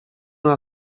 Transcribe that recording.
know